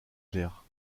clair